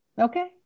Okay